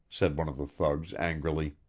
said one of the thugs angrily.